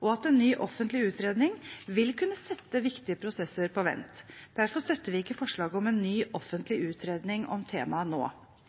og at en ny offentlig utredning vil kunne sette viktige prosesser på vent. Derfor støtter vi ikke forslaget om en ny offentlig utredning om temaet nå.